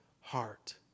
heart